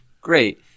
great